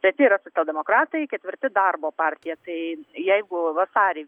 treti yra socialdemokratai ketvirti darbo partija tai jeigu vasarį